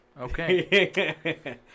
okay